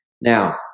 Now